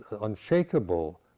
unshakable